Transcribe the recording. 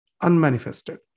unmanifested